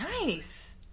Nice